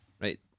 right